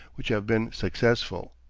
which have been successful.